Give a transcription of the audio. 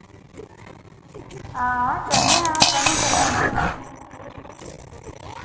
हां चलने आं कैलू चलना